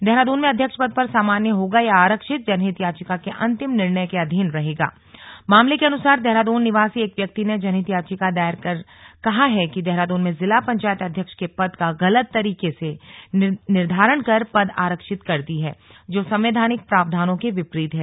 देहरादून में अध्यक्ष पद पर सामान्य होगा या आरक्षित जनहित याचिका के अंतिम निर्णय के अधीन रहेगा मामले के अनुसार देहरादून निवासी एक व्यक्ति ने जनहित याचिका दायर कर कहा है कि देहरादून में जिला पंचायत अध्यक्ष के पद का गलत तरीके से निर्धारण कर पद आरक्षित कर दी है जो संवैधानिक प्रावधानों के विपरीत है